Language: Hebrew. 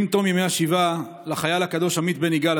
עם תום ימי השבעה על חייל הקדוש עמית בן יגאל,